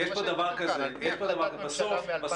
זה מה שכתוב כאן, על פי החלטת ממשלה מ-2005.